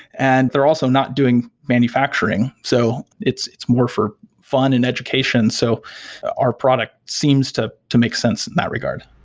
and they're also not doing manufacturing. so it's it's more for fun in education. so our product seems to to make sense in that regard.